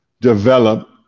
develop